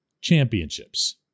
championships